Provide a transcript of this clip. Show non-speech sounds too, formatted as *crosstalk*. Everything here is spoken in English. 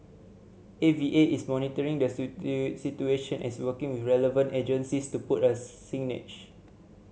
A V A is monitoring the *unintelligible* situation as working with relevant agencies to put us signage